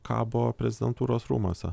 kabo prezidentūros rūmuose